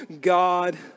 God